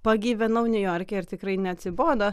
pagyvenau niujorke ir tikrai neatsibodo